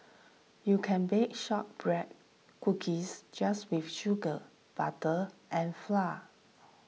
you can bake Shortbread Cookies just with sugar butter and flour